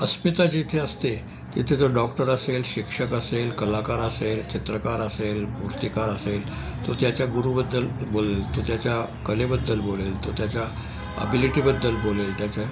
अस्मिता जिथे असते तिथे जो डॉक्टर असेल शिक्षक असेल कलाकार असेल चित्रकार असेल मूर्तिकार असेल तो त्याच्या गुरूबद्दल बोलेल तो त्याच्या कलेबद्दल बोलेल तो त्याच्या अबिलिटीबद्दल बोलेल त्याच्या